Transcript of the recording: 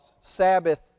Sabbath